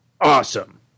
Awesome